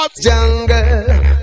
Jungle